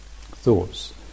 thoughts